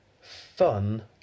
fun